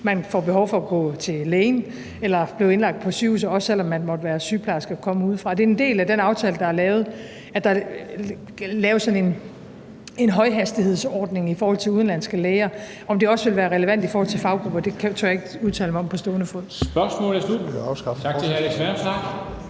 kan få behov for at gå til lægen eller blive indlagt på et sygehus, også selv om man måtte være sygeplejerske og komme udefra. Det er en del af den aftale, der er lavet, at der er lavet sådan en højhastighedsordning i forhold til udenlandske læger. Om det også vil være relevant i forhold til andre faggrupper, tør jeg ikke udtale mig om på stående fod.